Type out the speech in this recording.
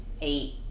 eight